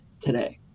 today